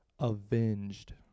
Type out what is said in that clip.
Avenged